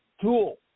tool